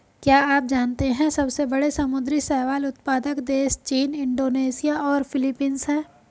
क्या आप जानते है सबसे बड़े समुद्री शैवाल उत्पादक देश चीन, इंडोनेशिया और फिलीपींस हैं?